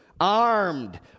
Armed